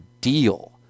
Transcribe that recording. deal